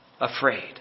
afraid